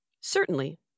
Certainly